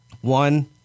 one